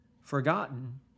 forgotten